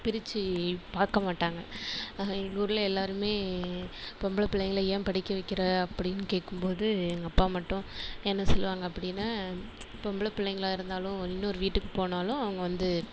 பிரிச்சு பார்க்க மாட்டாங்க எங்கள் ஊரில் எல்லாருமே பொம்பளை பிள்ளைங்கள ஏன் படிக்க வைக்கிற அப்படின்னு கேட்கும்போது எங்கள் அப்பா மட்டும் என்ன சொல்லுவாங்க அப்படின்னா பொம்பளை பிள்ளைங்களாக இருந்தாலும் இன்னொரு வீட்டுக்கு போனாலும் அவங்க வந்து